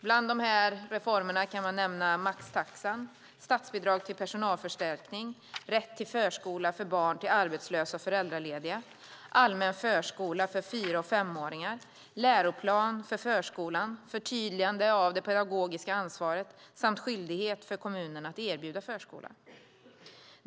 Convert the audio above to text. Bland reformerna kan jag nämna maxtaxan, statsbidrag till personalförstärkning, rätt till förskola för barn till arbetslösa och föräldralediga, allmän förskola för fyra och femåringar, läroplan för förskolan, förtydligande av det pedagogiska ansvaret samt skyldighet för kommunerna att erbjuda förskola.